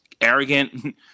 arrogant